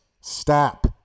Stop